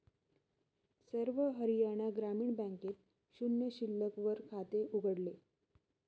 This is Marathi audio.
सर्व हरियाणा ग्रामीण बँकेत शून्य शिल्लक वर खाते उघडले